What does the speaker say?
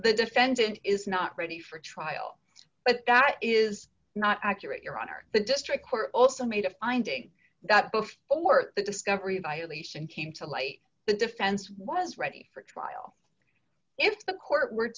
the defendant is not ready for trial but that is not accurate your honor the district court also made a finding that before the discovery by a leash and came to light the defense was ready for trial if the court were